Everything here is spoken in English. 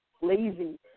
lazy